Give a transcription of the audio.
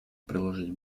приложить